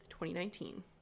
2019